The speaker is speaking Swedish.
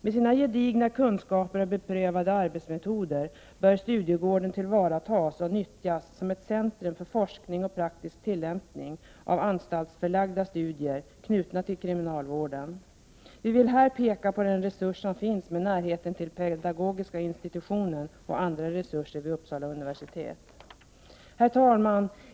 Med sina gedigna kunskaper och beprövade arbetsmetoder bör Studiegården tillvaratas och nyttjas som ett centrum för forskning och praktisk tillämpning av anstaltsförlagda studier, knutna till kriminalvården. Vi vill här peka på den resurs som finns med närheten till pedagogiska institutionen och andra resurser vid Uppsala universitet. Herr talman!